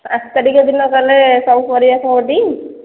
ପାଞ୍ଚ ତାରିଖ ଦିନ ଗଲେ ସବୁ ପରିବା ଥିବ ଟି